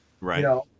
right